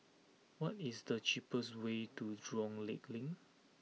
what is the cheapest way to Jurong Lake Link